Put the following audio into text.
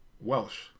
Welsh